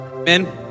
Amen